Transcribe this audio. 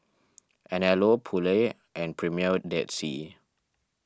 Anello Poulet and Premier Dead Sea